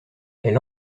elle